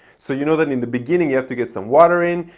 so you know that in the beginning you have to get some water in,